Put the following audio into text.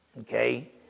Okay